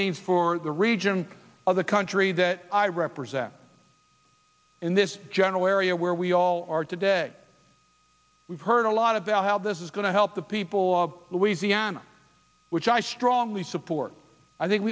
means for the region of the country that i represent in this general area where we all are today we've heard a lot about how this is going to help the people of louisiana which i strongly support i think